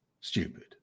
stupid